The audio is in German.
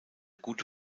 gute